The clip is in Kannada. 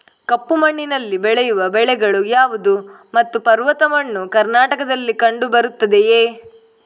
ಕಪ್ಪು ಮಣ್ಣಿನಲ್ಲಿ ಬೆಳೆಯುವ ಬೆಳೆಗಳು ಯಾವುದು ಮತ್ತು ಪರ್ವತ ಮಣ್ಣು ಕರ್ನಾಟಕದಲ್ಲಿ ಕಂಡುಬರುತ್ತದೆಯೇ?